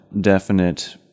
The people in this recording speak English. definite